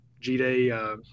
G-Day